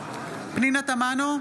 פנינה תמנו,